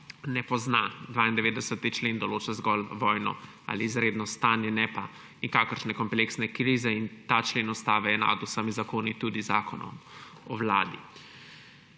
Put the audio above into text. ne pozna. 92. člen določa zgolj vojno ali izredno stanje, ne pa nikakršne kompleksne krize in ta člen ustave je nad vsemi zakoni, tudi Zakonom o vladi.